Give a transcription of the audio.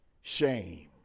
shame